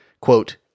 quote